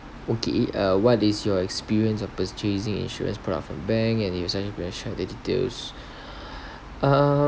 okay uh what is your experience of purchasing insurance product from a bank and if so share the details um